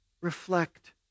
reflect